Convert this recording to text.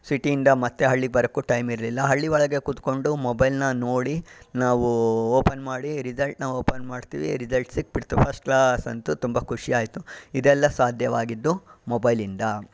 ಸಿಟಿಯಿಂದ ಮತ್ತೆ ಹಳ್ಳಿಗೆ ಬರೋಕು ಟೈಮ್ ಇರಲಿಲ್ಲ ಹಳ್ಳಿ ಒಳಗೆ ಕೂತ್ಕೊಂಡು ಮೊಬೈಲನ್ನ ನೋಡಿ ನಾವು ಓಪನ್ ಮಾಡಿ ರಿಸಲ್ಟ್ನ ಓಪನ್ ಮಾಡ್ತೀವಿ ರಿಸಲ್ಟ್ ಸಿಕ್ಬಿಡ್ತು ಫರ್ಸ್ಟ್ ಕ್ಲಾಸ್ ಅಂತ ತುಂಬ ಖುಷಿ ಆಯಿತು ಇದೆಲ್ಲ ಸಾಧ್ಯವಾಗಿದ್ದು ಮೊಬೈಲಿಂದ